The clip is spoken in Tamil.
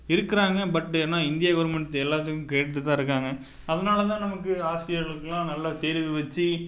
இருக்கிறாங்க பட்டு இன்னும் இந்தியா கவுர்மெண்ட் எல்லாத்துக்கும் கேட்டுகிட்டுதான் இருக்காங்க அதனாலதான் நமக்கு ஆசிரியர்களுக்கெலாம் நல்ல தேர்வு வெச்சு